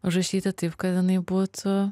užrašyti taip kad jinai būtų